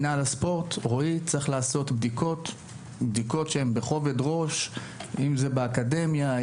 רועי במינהל הספורט צריך לעשות בכובד ראש בדיקות באקדמיה,